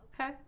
Okay